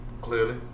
clearly